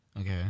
Okay